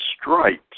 stripes